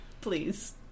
Please